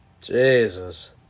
Jesus